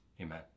Amen